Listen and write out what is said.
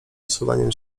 posuwaniem